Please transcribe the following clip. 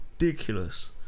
ridiculous